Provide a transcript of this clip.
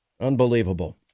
Unbelievable